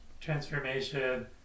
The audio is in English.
transformation